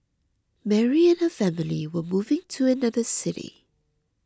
Mary and her family were moving to another city